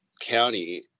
county